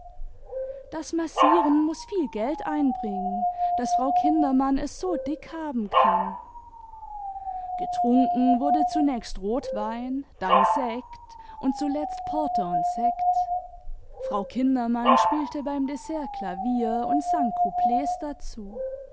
das massieren muß viel geld einbringen daß frau kindermann es so dick haben kann getrunken wurde zunächst rotwein dann sekt und zuletzt porter und sekt frau kindermann spielte beim dessert klavier und sang couplets dazu